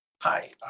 Hi